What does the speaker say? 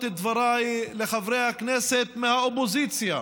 את דבריי דווקא לחברי הכנסת מהאופוזיציה.